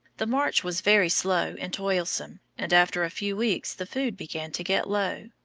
the march was very slow and toilsome, and after a few weeks the food began to get low.